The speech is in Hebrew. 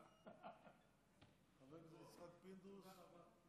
חבר הכנסת יצחק פינדרוס.